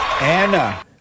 Anna